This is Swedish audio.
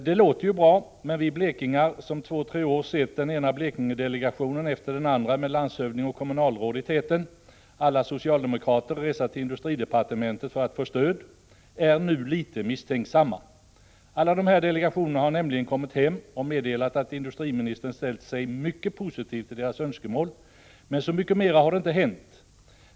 Det låter ju bra, men vi blekingar som under två tre år sett den ena Blekingedelegationen efter den andra med landshövding och kommunalråd i täten — alla socialdemokrater — resa till industridepartementet för att få stöd, är nu litet misstänksamma. Alla de här delegationerna har nämligen kommit hem och meddelat att industriministern ställt sig mycket positiv till deras önskemål, men så mycket mera har inte hänt.